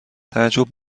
تعجب